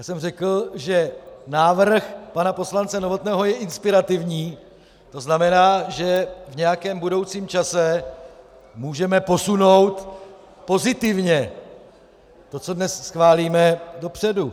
Já jsem řekl, že návrh pana poslance Novotného je inspirativní, to znamená, že v nějakém budoucím čase můžeme posunout pozitivně to, co dnes schválíme, dopředu.